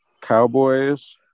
Cowboys